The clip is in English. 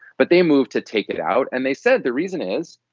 but they moved to take it out. and they said the reason is,